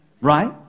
Right